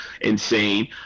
insane